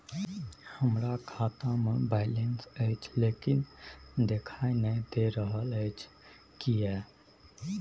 हमरा खाता में बैलेंस अएछ लेकिन देखाई नय दे रहल अएछ, किये?